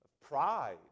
pride